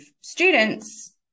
students